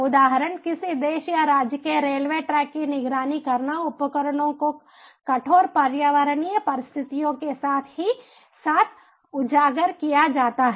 उदाहरण किसी देश या राज्य के रेलवे ट्रैक की निगरानी करना उपकरणों को कठोर पर्यावरणीय परिस्थितियों के साथ ही साथ उजागर किया जाता है